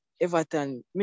Everton